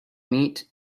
meat